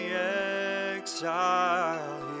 exile